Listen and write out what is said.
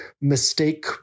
mistake